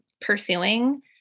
pursuing